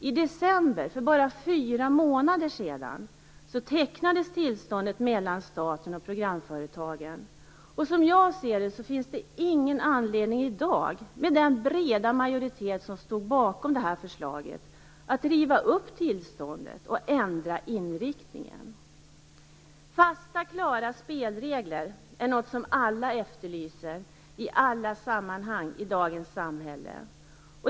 I december, för bara fyra månader sedan, tecknades tillståndet mellan staten och programföretagen. Som jag ser det finns det ingen anledning i dag - med den breda majoritet som stod bakom förslaget - att riva upp tillståndet och ändra inriktningen. Fasta klara spelregler är något som alla efterlyser i alla sammanhang i dagens samhälle.